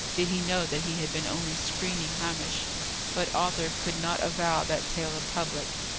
did he know that he had been only screening hamish but arthur could not avow that tale in public.